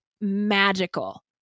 magical